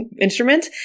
instrument